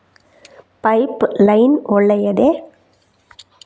Pipe line ಒಳ್ಳೆಯದೇ?